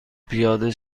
پیاده